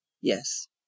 Yes